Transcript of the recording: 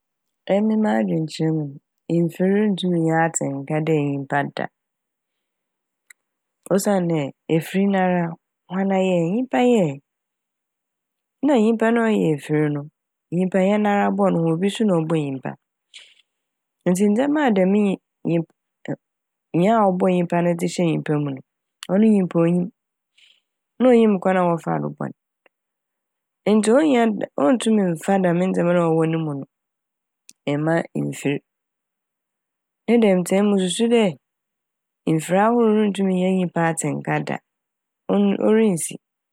Emi m'adwenkyerɛ mu n' emmfɛr a enntum innya atsenka dɛ nyimpa da. Osiandɛ efir nara woana yɛe nyimpa yɛe, na a nyimpa na ɔyɛ efir no nyimpa nnyɛ nara bɔ no ho obi so na ɔbɔ nyimpa. Ntsi ndzɛma a dɛm nyim - nyim - nyia a ɔbɔɔ nyimpa dze hyɛɛ nyimpa mu no ɔno nyimpa onnyim. Na a onnyim kwan a wɔfaa do bɔ n' ntsi onnya dɛ - onntum mmfa dɛm ndzɛma na a ɔwɔ ne mu no mma mfir. Ne dɛm ntsi emi mususu dɛ mfir ahorow runntum nnya nyimpa atsenka da oo- orinnsi.